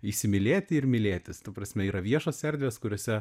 įsimylėti ir mylėtis ta prasme yra viešos erdvės kuriose